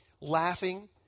laughing